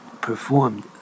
performed